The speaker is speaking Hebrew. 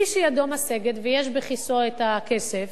מי שידו משגת ויש בכיסו הכסף,